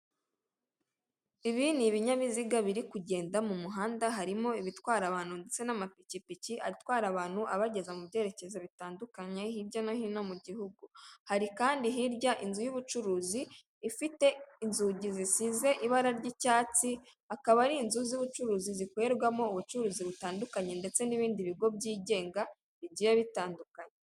Ibi ni ibinyabiziga biri kugenda mu muhanda harimo ibitwara abantu ndetse n'amapikipiki atwara abantu abageza mu byerekezo bitandukanye hirya no hino mu gihugu. Hari kandi hirya inzu y'ubucuruzi ifite inzugi zisize ibara ry'icyatsi akaba ari inzu z'ubucuruzi zikorerwamo ubucuruzi butandukanye ndetse n'ibindi bigo byigenga bigiye bitandukanye.